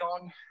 on